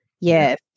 Yes